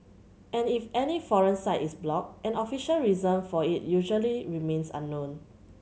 and if any foreign site is blocked an official reason for it usually remains unknown